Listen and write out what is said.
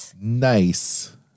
Nice